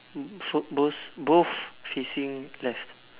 both both facing left